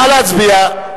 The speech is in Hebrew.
נא להצביע.